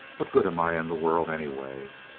what good am i in the world, anyway?